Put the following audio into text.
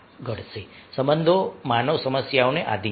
સંબંધો માનવ સમસ્યાઓને આધિન છે